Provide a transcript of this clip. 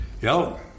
Yo